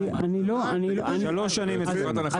שלוש שנים אצלנו.